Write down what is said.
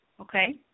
okay